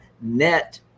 net